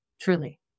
Truly